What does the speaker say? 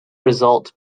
result